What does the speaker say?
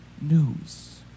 news